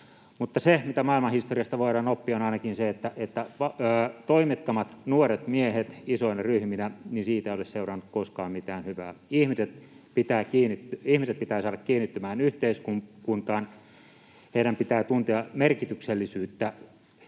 Mutta se, mitä maailmanhistoriasta voidaan oppia, on ainakin se, että toimettomista nuorista miehistä isoina ryhminä ei ole seurannut koskaan mitään hyvää. Ihmiset pitää saada kiinnittymään yhteiskuntaan, heidän pitää tuntea merkityksellisyyttä,